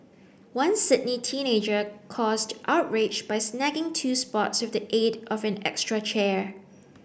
one Sydney teenager caused outrage by snagging two spots with the aid of an extra chair